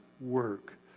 work